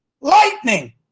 Lightning